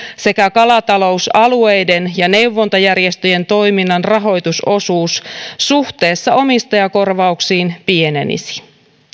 sekä kalatalousalueiden ja neuvontajärjestöjen toiminnan rahoitusosuus suhteessa omistajakorvauksiin pienenisi